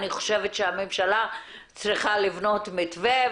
אני חושבת שהממשלה צריכה לבנות מתווה,